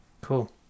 Cool